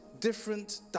different